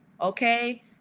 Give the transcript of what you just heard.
Okay